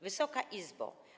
Wysoka Izbo!